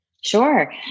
Sure